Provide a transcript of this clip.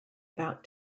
about